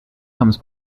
comes